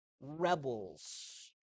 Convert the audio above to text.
Rebels